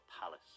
palace